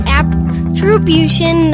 attribution